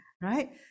right